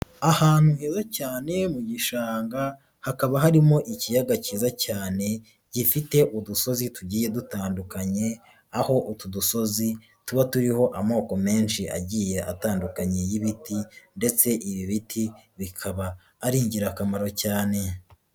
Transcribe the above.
Ahantu heza cyane mu gishanga hakaba harimo ikiyaga cyiza cyane, gifite udusozi tugiye dutandukanye, aho utu dusozi tuba turiho amoko menshi agiye atandukanye y'ibiti ndetse ibi biti bikaba ari ingirakamaro cyane.